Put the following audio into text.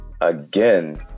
Again